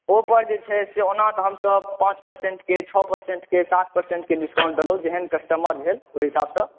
ओहि पर जे छै से ओना तऽ हमसभ पाँच पर्सेंटके छओ पर्सेंटके सात पर्सेंटके डिस्काउंट देलहुॅं जेहन कस्टमर भेल ओहि हिसाबसॅं